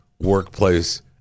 workplace